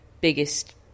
biggest